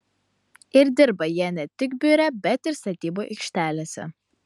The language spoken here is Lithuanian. ir dirba jie ne tik biure bet ir statybų aikštelėse